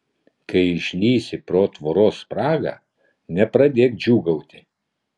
kai išlįsi pro tvoros spragą nepradėk džiūgauti